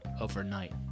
overnight